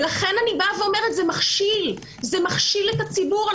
לכן אני אומרת שזה מכשיל את הציבור.